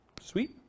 Sweet